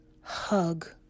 Hug